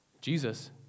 Jesus